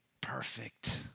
perfect